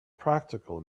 practical